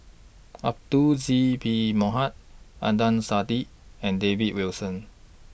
Abdul Aziz Pakkeer Mohamed Adnan Saidi and David Wilson